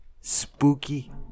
spooky